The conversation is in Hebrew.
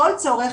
כל צורך,